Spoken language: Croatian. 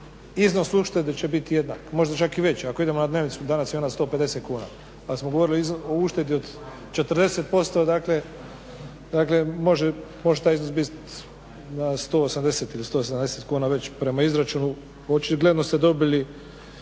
iznos uštede će biti jednak možda čak i veći. Ako idemo na dnevnicu danas je ona 150 kuna pa smo govorili o uštedi od 40% može taj iznos biti na 180, 170 … već prema izračunu očigledno ste dobili